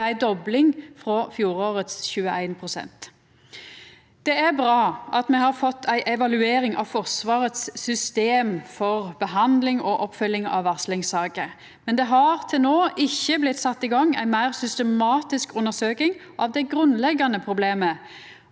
Det er ei dobling frå 21 pst. i fjor. Det er bra at me har fått ei evaluering av Forsvarets system for behandling og oppfølging av varslingssaker. Men det har til no ikkje blitt sett i gang ei meir systematisk undersøking av det grunnleggjande problemet: